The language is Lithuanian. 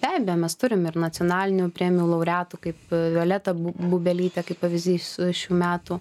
be abejo mes turim ir nacionalinių premijų laureatų kaip violeta bubelytė kaip pavyzdys šių metų